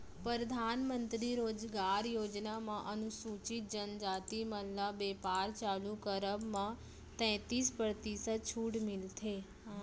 परधानमंतरी रोजगार योजना म अनुसूचित जनजाति मन ल बेपार चालू करब म तैतीस परतिसत छूट मिलथे